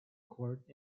court